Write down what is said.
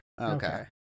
Okay